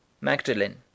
Magdalene